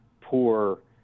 poor